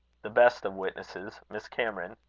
the best of witnesses miss cameron.